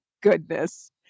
goodness